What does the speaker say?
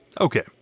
Okay